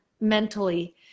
mentally